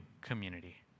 community